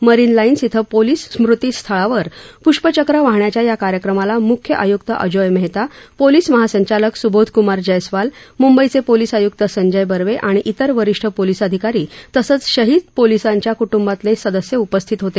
marine Lines इथं police स्मृतीस्थळावर प्ष्पचक्र वाहण्याच्या या कार्यक्रमाला मुख्य आयुक्त अजोय मेहता पोलीस महासंचालक सुबोधक्मार जैसवाल मुंबईचे पोलीस आयुक्त संजय बर्वे आणि इतर वरिष्ठ पोलीस अधिकारी तसंच शहीद पोलीसांच्या क्ट्ंबातले सदस्य उपस्थित होते